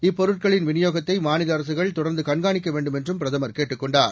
இப்பொருட்களின் விநியோகத்தை மாநில அரசுகள் தொடர்ந்து கண்காணிக்க வேண்டும் என்றும் பிரதமர் கேட்டுக் கொண்டார்